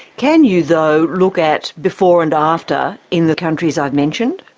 can you, though, look at before and after in the countries i've mentioned?